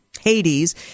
Hades